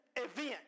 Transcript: Event